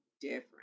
different